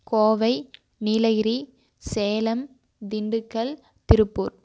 Kovai Nilgiri Salem Dindigul Tiruppur